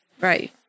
Right